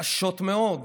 קשות מאוד,